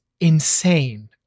Insane